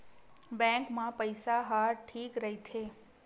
Bank मा पईसा ह ठीक राइथे?